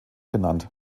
benannt